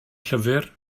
llyfr